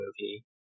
movie